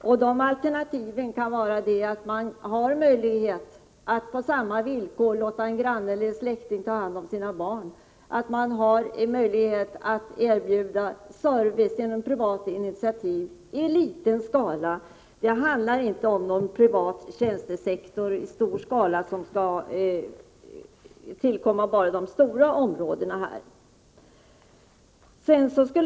Dessa alternativ kan bestå i att på samma villkor som inom den offentliga sektorn en granne eller en släkting kan ta hand om ens barn eller att det ges möjlighet till service genom privat initiativ i liten skala. Det handlar inte om någon privat tjänstesektor i stor skala som skall tillkomma i de stora områdena.